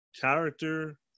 character